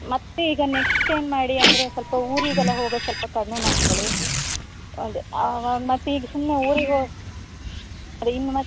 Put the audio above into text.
ಮತ್ತೆ ಈಗ ನೆಕ್ಸ್ಟ್ ಏನು ಮಾಡಿ ಅಂದರೆ ಸ್ವಲ್ಪ ಊರಿಗೆಲ್ಲ ಹೋಗೋದು ಸ್ವಲ್ಪ ಕಡಿಮೆ ಮಾಡ್ಕೊಳ್ಳಿ ಅದೆ ಅವ ಮತ್ತೆ ಈಗ ಸುಮ್ಮನೆ ಊರಿಗೆ ಅದು ಇನ್ನು ಮತ್ತೆ